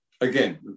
again